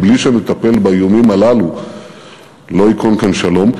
כי בלי שנטפל באיומים הללו לא ייכון כאן שלום,